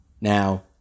Now